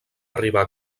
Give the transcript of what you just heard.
arribar